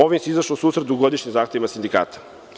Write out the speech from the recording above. Ovim bi se izašlo u susret dugogodišnjim zahtevima sindikata.